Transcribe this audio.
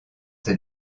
ses